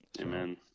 Amen